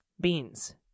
beans